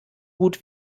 gut